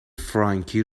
فرانکی